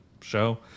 show